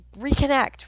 reconnect